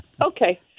Okay